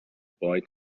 boy